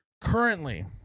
currently